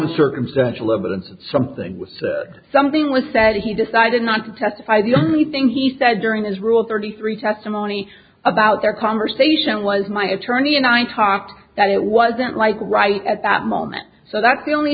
the circumstantial evidence of something something was said he decided not to testify the only thing he said during his rule thirty three testimony about their conversation was my attorney and i talked that it wasn't like right at that moment so that's the only